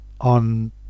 on